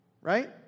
Right